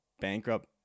bankrupt